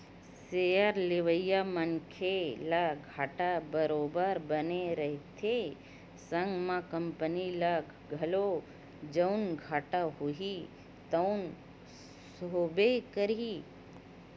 share लेवइया मनखे ल घाटा बरोबर बने रहिथे संग म कंपनी ल घलो जउन घाटा होही तउन होबे करही